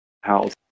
house